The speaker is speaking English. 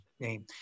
name